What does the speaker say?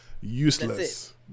useless